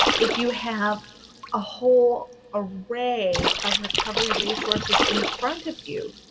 if you have a whole array of recovery resources in front of you,